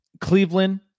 Cleveland